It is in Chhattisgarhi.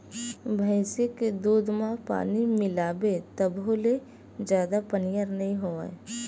भइसी के दूद म पानी मिलाबे तभो ले जादा पनियर नइ होवय